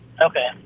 Okay